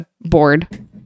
bored